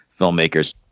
filmmakers